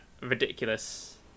Ridiculous